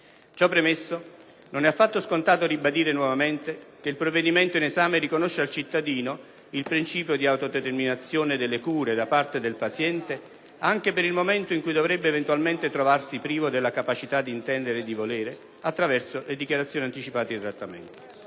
Ciò premesso, non è affatto scontato ribadire nuovamente che il provvedimento in esame riconosce al cittadino il principio di autodeterminazione delle cure da parte del paziente anche per il momento in cui dovrebbe eventualmente trovarsi privo della capacità di intendere e di volere, attraverso le dichiarazioni anticipate di trattamento.